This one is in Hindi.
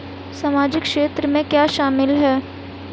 सामाजिक क्षेत्र में क्या शामिल है?